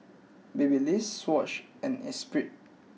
Babyliss Swatch and Esprit